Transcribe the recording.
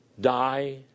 die